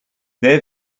their